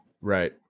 Right